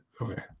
Okay